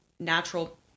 natural